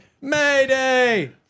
Mayday